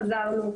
חזרנו.